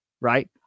right